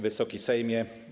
Wysoki Sejmie!